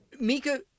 Mika